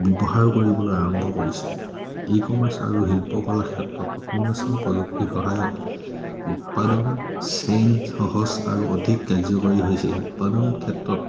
ব্যৱহাৰ কৰিবলৈ আৰম্ভ কৰিছে ই কমাৰ্চ আৰু শিল্পকলা ক্ষেত্ৰত অট'মেশ্যন প্ৰযুক্তিৰ সহায়ত উৎপাদন চেইন সহজ আৰু অধিক কাৰ্যকাৰী হৈছে উৎপাদন ক্ষেত্ৰত